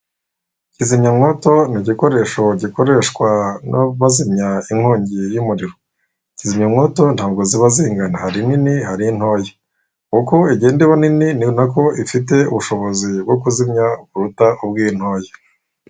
Kizimyamwoto ni igikoresho gikoreshwa bazimya inkongi y'umuriro, kizimyawoto ntabwo ziba zingana hari inini hari intoya, uko igenda iba nini ni nako ifite ubushobozi bwo kuzimya buruta ubw'intoya.